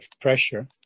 pressure